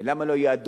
למה לא יהיה הדוד?